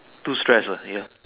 too stress lah here